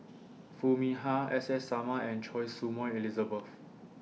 Foo Mee Har S S Sarma and Choy Su Moi Elizabeth